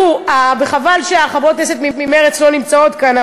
חבל שחברות הכנסת ממרצ לא נמצאות כאן,